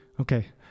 Okay